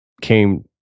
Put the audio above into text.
came